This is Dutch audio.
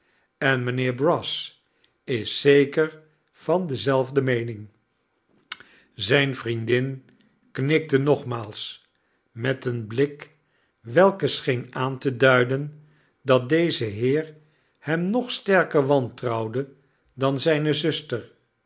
en mynheer brass is zeker van dezelfde meening zijne vriendin knikte nogmaals met een blik welke scheen aan te duiden dat deze heer hem nog sterker wantrouwde dan zijne zuster